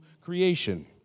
creation